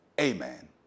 amen